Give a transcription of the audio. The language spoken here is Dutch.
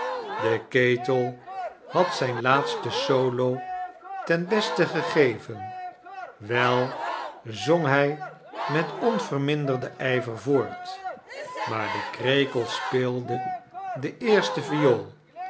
de ketel had zijn laatsten solo tea beste gegeven wel zong hij met onvermdnderden ijver voort maar de krekel speelde de eerste viool